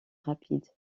rapide